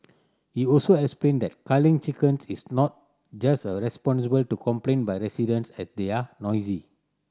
he also explained that culling chickens is not just a responsible to complaint by residents that they are noisy